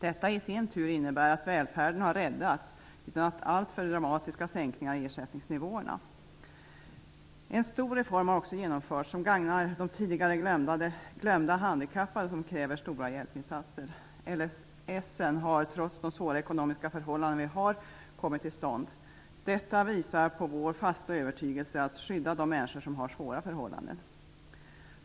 Detta i sin tur innebär att välfärden har räddats utan alltför dramatiska sänkningar i ersättningsnivåerna. En stor reform har också genomförts som gagnar de tidigare glömda handikappade, de som kräver stora hjälpinsatser. LSS:en har, trots svåra ekonomiska förhållande, kommit till stånd. Detta visar på vår fasta övertygelse att skydda de människor som har svåra förhållanden.